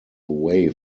away